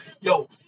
Yo